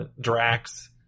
Drax